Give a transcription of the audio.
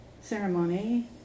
ceremony